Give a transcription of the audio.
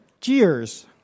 cheers